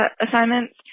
assignments